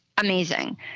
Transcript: Amazing